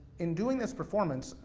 in doing this performance,